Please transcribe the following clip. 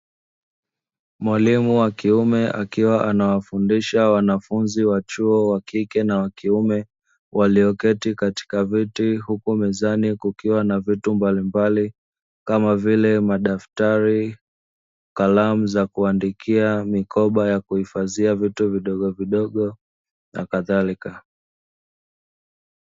Mwalimu wa kiume akiwa anawafundisha Wanafunzi wa kike na wa kiume, walio keti katika viti huku mezani kukiwa na vitu mbalimbali kama vile: madaftari, kalamu za kuandikia, mikoba ya kuhifadhia vitu vidogovidogo na kadhalika.